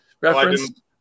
reference